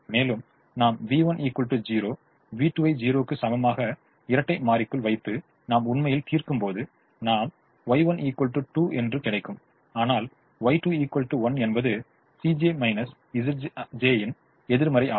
மேலும் நாம் v1 0 v2 ஐ 0 க்கு சமமாக இரட்டை மாறிக்குள் வைத்து நாம் உண்மையில் தீர்க்கும்போது நாம் Y1 2 என்று கிடைக்கும் ஆனால் Y2 1 என்பது வின் எதிர்மறை ஆகும்